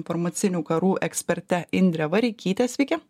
informacinių karų eksperte indre vareikyte sveiki